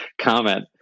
comment